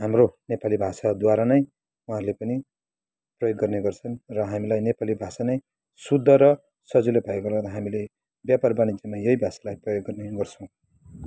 हाम्रो नेपालाी भाषाद्वारा नै उहाँहरूले पनि प्रयोग गर्ने गर्छन् र हामीलाई नेपाली भाषा नै शुद्ध र सजिलो भएकोले गर्दा हामीले व्यापार वाणिज्यमा यही भाषालाई प्रयोग गर्ने गर्छौँ